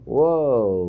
Whoa